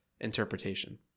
interpretation